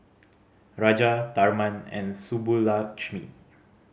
Raja Tharman and Subbulakshmi